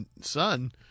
son